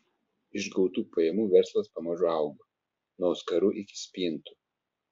iš gautų pajamų verslas pamažu augo nuo auskarų iki spintų